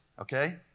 okay